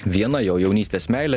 viena jo jaunystės meilė